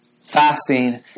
Fasting